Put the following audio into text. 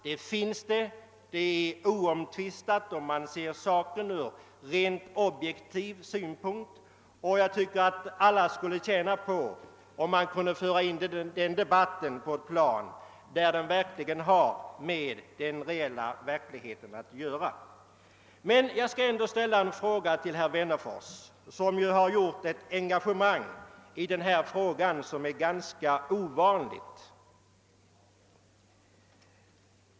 Det är alldeles tveklöst att sådana orättvisor finns, om man ser saken rent objektivt, och jag tycker att alla skulle tjäna på att försöka föra in debatten härom på ett plan, där man rör sig med realiteter och verkliga förhållanden. Men jag skall ändå ställa en fråga till herr Wennerfors, som ju på ett ganska ovanligt sätt har engagerat sig i denna fråga.